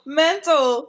mental